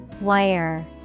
Wire